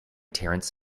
terence